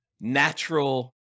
natural